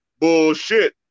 Bullshit